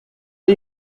are